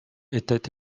était